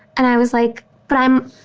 and i was like, but i, i'm,